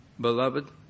beloved